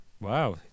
Wow